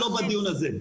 לא בדיון הזה.